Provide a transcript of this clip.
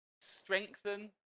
strengthen